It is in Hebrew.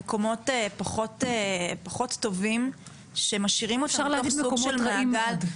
מקומות פחות טובים -- אפשר להגיד מקומות רעים מאוד.